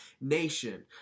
nation